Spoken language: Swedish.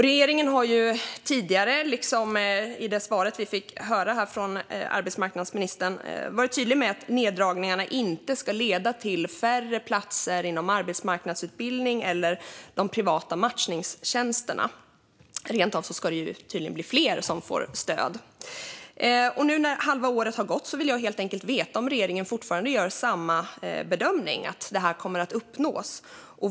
Regeringen har tidigare, liksom i svaret vi fick höra här från arbetsmarknadsministern, varit tydlig med att neddragningarna inte ska leda till färre platser i arbetsmarknadsutbildning eller de privata matchningstjänsterna. Tydligen ska det rent av bli fler som får stöd. Nu när halva året har gått vill jag helt enkelt veta om regeringen fortfarande gör bedömningen att det här kommer att uppnås.